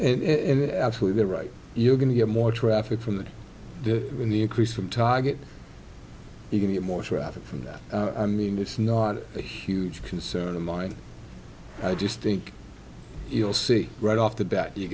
got and absolutely right you're going to get more traffic from that in the increase from target you can get more traffic from that i mean it's not a huge concern of mine i just think you'll see right off the bat you